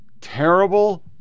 Terrible